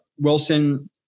Wilson